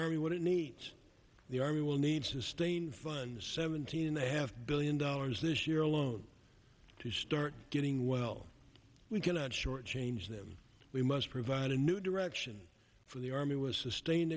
what it needs the army will need to sustain the seventeen they have billion dollars this year alone to start getting well we cannot shortchange them we must provide a new direction for the army was sustained